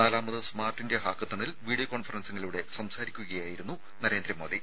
നാലാമത് smart India ഹാക്കത്തണിൽ video കോൺഫറൻസിംഗിലൂടെ സംസാരിക്കുകയായിരുന്നു നരേന്ദ്രമോദി